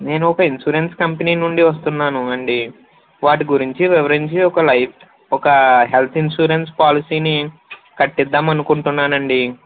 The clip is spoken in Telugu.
నేను ఒక ఇన్సూరెన్స్ కంపెనీ నుండి వస్తున్నాను అండి వాటి గురించి వివరించి ఒక లైట్ ఒక హెల్త్ ఇన్సూరెన్స్ పాలసీని కట్టిద్దామనుకుంటున్నానండి